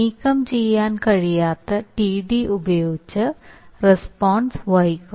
നീക്കംചെയ്യാൻ കഴിയാത്ത TD ഉപയോഗിച്ച് റസ്പോൺസ് വൈകും